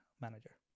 manager